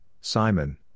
Simon